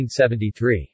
1973